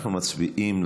אנחנו מצביעים,